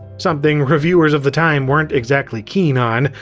something reviewers of the time weren't exactly keen on,